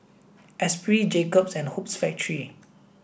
Espirit Jacob's and Hoops Factory